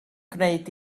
gwneud